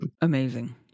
Amazing